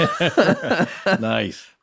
Nice